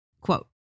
Quote